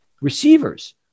receivers